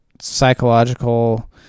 psychological